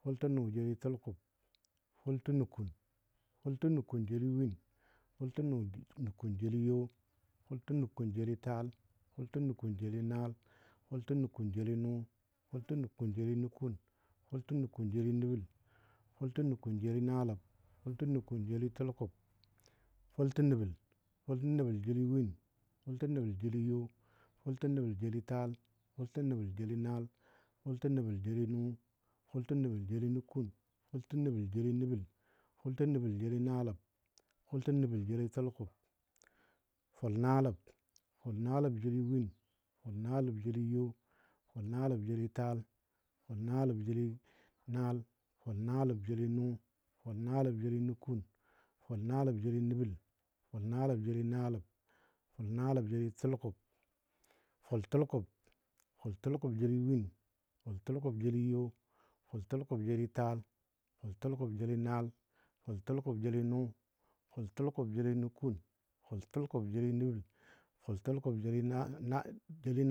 faltenu jeli talkub. falfunu kun, fʊltə nʊ jeli win, fʊltənʊ jeli yo. fʊltə nʊ jeli taal, fʊltənʊ jeli naal, fʊltə nʊ jeli nʊ, fʊltənʊ jeli nʊkʊn, fʊltə nʊ jeli nəbəl, fʊltə nʊ jeli naaləb, fʊltə nʊ jeli tʊlkʊb, fʊltə nʊkʊn. fʊltə nʊkʊn jeli win, fʊltə nʊkʊ jeli yo, fʊltə nʊkʊn jeli taal, fʊltə nʊkʊn jeli naal, fʊltə nʊkʊn jeli nʊ, fʊltə nʊkʊn jeli nʊkʊn, fʊltə nʊkʊn jeli nəbəl, fʊltə nʊkʊn jeli naaləb, fʊltə nʊkʊn jeli tʊlkʊb, fʊlte nəbəl, fʊltə nəbəl win, fʊltə nəbəl jeli yo, fʊltə nəbəl jeli taal, fʊltə nəbəl jeli naal, fʊltə nəbəl jeli nʊ, fʊltə nəbəl jeli nʊƙʊn, fʊltə nəbəl jeli nəbal, fʊltə nəbəl jeli naaləb, fʊltə nəbəl jeli tʊlkʊb, fʊl naaləb, fʊl naləb jeli win, fʊl naləb jeli yo, fʊl naləb jeli taal, fʊl naləb jeli naal, fʊl nəaləb jeli nʊ, fʊl naləb jeli nʊkʊn, fʊl naləb jeli nəbəl, fʊl naaləb jeli naaləb, fʊl naaləb jeli tʊlkʊb, fʊl tʊlkʊb, fʊl tʊlkʊb jeli win, ful tʊlkʊb jeli yo, fʊl tʊlkʊb jeli taal, fʊl tʊlkʊb jeli naal, fʊl tʊlkʊb jeli nʊ, fʊl tʊlkʊb jeli nʊkʊn, fʊl tʊlkʊb jeli nəbəl, fʊl tʊlkʊb jeli na na